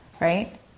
Right